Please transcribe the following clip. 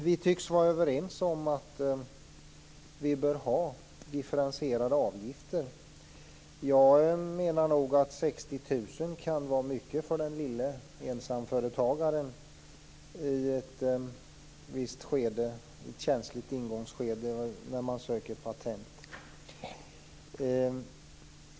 Vi tycks vara överens om att vi bör ha differentierade avgifter. Jag menar att 60 000 kan vara mycket för den lille ensamföretagaren i ett känsligt ingångsskede vid ansökan om patent.